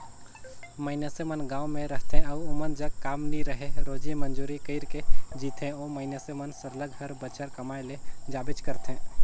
मइनसे मन गाँव में रहथें अउ ओमन जग काम नी रहें रोजी मंजूरी कइर के जीथें ओ मइनसे मन सरलग हर बछर कमाए ले जाबेच करथे